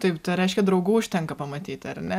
taip tai reiškia draugų užtenka pamatyti ar ne